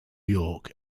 york